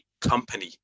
company